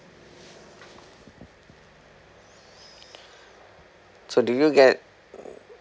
so do you get